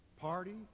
party